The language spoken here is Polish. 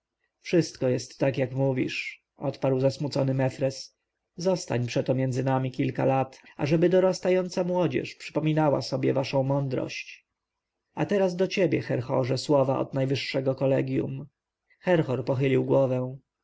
wszystko tak jest jak mówisz odparł zasmucony mefres zostań przeto między nami kilka lat ażeby dorastająca młodzież przypomniała sobie waszą mądrość a teraz do ciebie herhorze słowa od najwyższego kolegjum herhor pochylił głowę